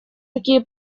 такие